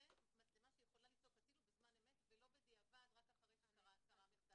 זו מצלמה שיכולה לצעוק "הצילו" בזמן אמת ולא בדיעבד רק אחרי שקרה המחדל.